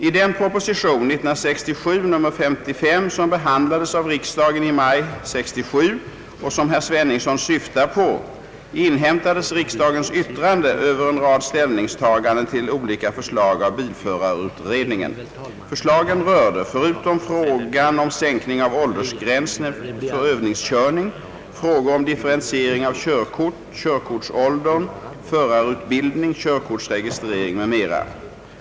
I den proposition — 1967: 55 — som behandlades av riksdagen i maj 1967 och som herr Sveningsson syftar på inhämtades riksdagens yttrande över en rad ställningstaganden till olika förslag av bilförarutredningen. Förslagen rörde, förutom frågan om sänkning av åldersgränsen för övningskörning, frågor om differentiering av körkort, körkortsåldern, förarutbildning, körkortsregistrering m.m.